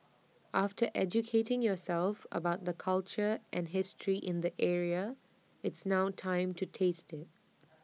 after educating yourself about the culture and history in the area it's now time to taste IT